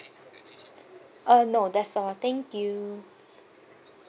uh no that's all thank you